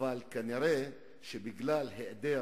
כנראה בגלל העדר